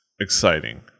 exciting